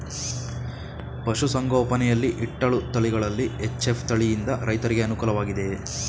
ಪಶು ಸಂಗೋಪನೆ ಯಲ್ಲಿ ಇಟ್ಟಳು ತಳಿಗಳಲ್ಲಿ ಎಚ್.ಎಫ್ ತಳಿ ಯಿಂದ ರೈತರಿಗೆ ಅನುಕೂಲ ವಾಗಿದೆಯೇ?